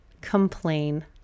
complain